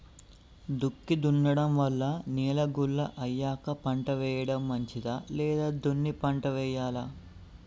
దుక్కి దున్నడం వల్ల నేల గుల్ల అయ్యాక పంట వేయడం మంచిదా లేదా దున్ని పంట వెయ్యాలా?